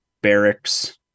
barracks